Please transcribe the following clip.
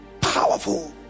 Powerful